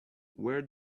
where